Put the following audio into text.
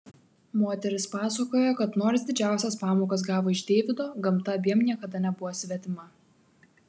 moteris pasakoja kad nors didžiausias pamokas gavo iš deivido gamta abiem niekada nebuvo svetima